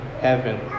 heaven